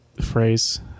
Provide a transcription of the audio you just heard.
phrase